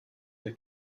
der